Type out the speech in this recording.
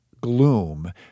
gloom